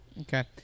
Okay